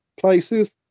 places